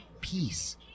peace